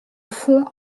fond